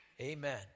Amen